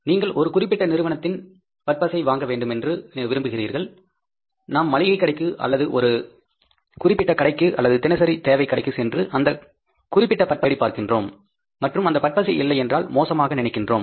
நீங்கள் ஒரு குறிப்பிட்ட நிறுவனத்தில் பற்பசை வாங்க வேண்டும் என்று விரும்புகிறீர்கள் நாம் மளிகை கடைக்கு அல்லது ஒரு குறிப்பிட்ட கடைக்கு அல்லது தினசரி தேவை கடைக்கு சென்று அந்தக் குறிப்பிட்ட பற்பசையை தேடி பார்க்கின்றோம் மற்றும் அந்த பற்பசை இல்லை என்றால் மோசமாக நினைக்கின்றோம்